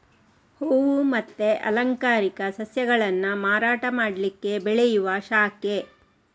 ಹೂವು ಮತ್ತೆ ಅಲಂಕಾರಿಕ ಸಸ್ಯಗಳನ್ನ ಮಾರಾಟ ಮಾಡ್ಲಿಕ್ಕೆ ಬೆಳೆಯುವ ಶಾಖೆ